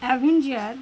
avenger